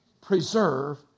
preserve